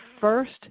first